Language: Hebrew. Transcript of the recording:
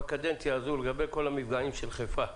בקדנציה הזו לגבי כל המפגעים בחיפה,